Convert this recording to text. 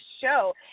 Show